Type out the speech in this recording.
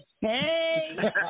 Hey